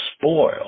spoil